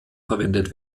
verwendet